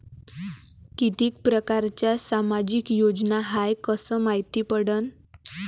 कितीक परकारच्या सामाजिक योजना हाय कस मायती पडन?